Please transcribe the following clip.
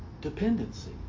Dependency